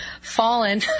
fallen